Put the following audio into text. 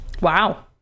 Wow